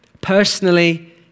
personally